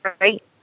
right